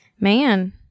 Man